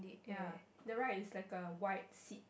ya on the right it's like a err white seat